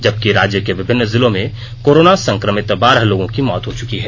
जबकि राज्य के विभिन्न जिलों में कोरोना संक्रमित बारह लोगों की मौत हो चुकी है